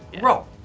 roll